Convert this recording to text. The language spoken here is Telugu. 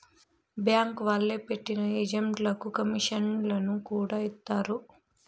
బ్యాంక్ వాళ్లే పెట్టిన ఏజెంట్లకు కమీషన్లను కూడా ఇత్తారు